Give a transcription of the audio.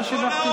לא נהוג.